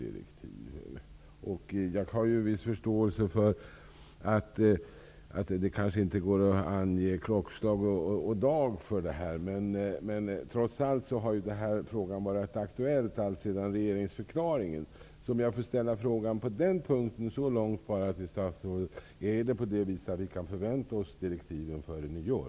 Jag har viss förståelse för att det kanske inte går att ange dag och klockslag. Den här frågan har dock trots allt varit aktuell alltsedan regeringsförklaringen avlämnades. Kan vi förvänta oss direktiv före nyår?